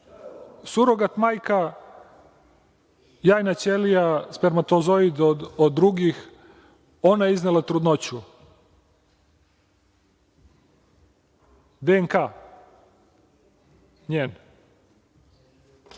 Surogat majka, jajna ćelija, spermatozoid od drugih, ona je iznela trudnoću, DNK – njen.